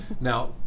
Now